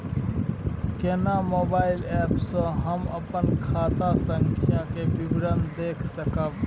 केना mobile app से हम अपन खाता संख्या के विवरण देख सकब?